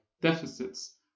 deficits